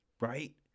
right